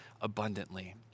abundantly